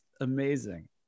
amazing